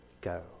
go